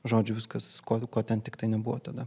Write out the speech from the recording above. žodžiu viskas ko ko ten tiktai nebuvo tada